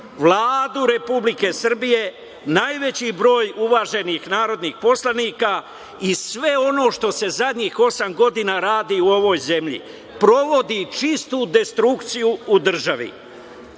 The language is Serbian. Vladu Republike Srbije, najveći broj uvaženih narodnih poslanika i sve ono što se zadnjih osam godina radi u ovoj zemlji. Provodi čistu destrukciju u državi.